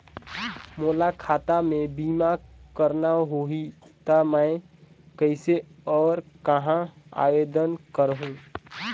मोला खाता मे बीमा करना होहि ता मैं कइसे और कहां आवेदन करहूं?